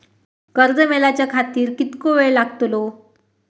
कर्ज मेलाच्या खातिर कीतको वेळ लागतलो?